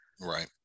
Right